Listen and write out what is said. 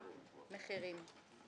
מחירים.